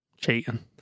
cheating